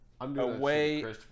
away